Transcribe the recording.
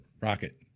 Rocket